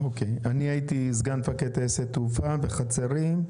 אוקיי, הייתי סגן מפקד טייסת תעופה בחצרים,